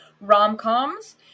rom-coms